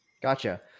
Gotcha